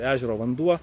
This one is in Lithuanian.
ežero vanduo